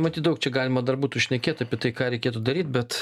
matyt daug čia galima dar būtų šnekėt apie tai ką reikėtų daryt bet